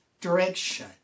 direction